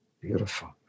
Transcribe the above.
beautiful